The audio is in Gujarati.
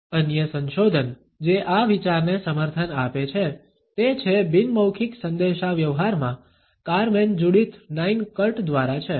અન્ય સંશોધન જે આ વિચારને સમર્થન આપે છે તે છે બિન મૌખિક સંદેશાવ્યવહારમાં કાર્મેન જુડિથ નાઇન કર્ટ દ્વારા છે